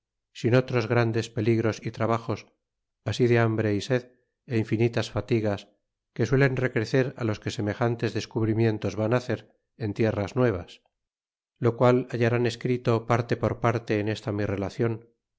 sin otros grandes peligros y trabajos así de hambre y sed é infinitas fatigas que suelen recrecer los que semejantes descubrimientos van hacer en tierras nuevas lo qual bailarán escrito parte por parte en esta mi relacion